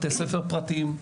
בתי ספר פרטיים,